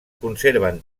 conserven